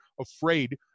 afraid